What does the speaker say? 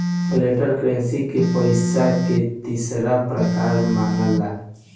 flat currency के पइसा के तीसरा प्रकार मनाला